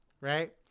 right